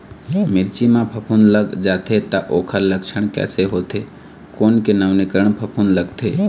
मिर्ची मा फफूंद लग जाथे ता ओकर लक्षण कैसे होथे, कोन के नवीनीकरण फफूंद लगथे?